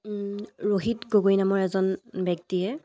ৰোহিত গগৈ নামৰ এজন ব্যক্তিয়ে